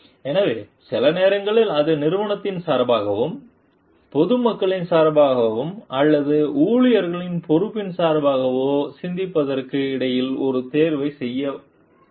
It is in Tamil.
எனவே சில நேரங்களில் அது நிறுவனத்தின் சார்பாகவும் பொது மக்களின் சார்பாகவோ அல்லது ஊழியரின் பொறுப்பின் சார்பாகவோ சிந்திப்பதற்கு இடையில் ஒரு தேர்வை செய்ய வரலாம்